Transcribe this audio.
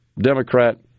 Democrat